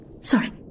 Sorry